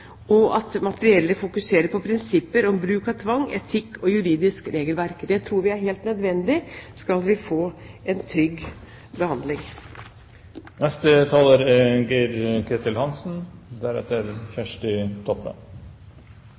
og at materiellet fokuserer på prinsipper om bruk av tvang, etikk og juridisk regelverk. Det tror vi er helt nødvendig skal vi få en trygg